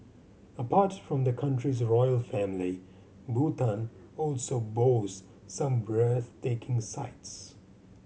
apart from the country's royal family Bhutan also boast some breathtaking sights